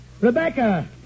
Rebecca